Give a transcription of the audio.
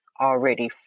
already